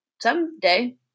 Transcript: someday